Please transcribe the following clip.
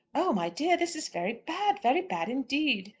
oh, my dear, this is very bad very bad indeed.